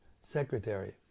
secretary